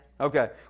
Okay